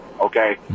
okay